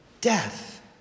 death